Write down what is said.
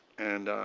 and